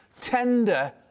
tender